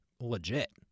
legit